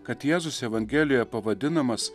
kad jėzus evangelijoje pavadinamas